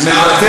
אני,